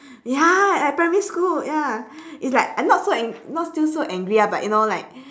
ya at primary school ya it's like I am not so ang~ not still so angry ah but you know like